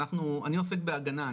אני עוסק בהגנה,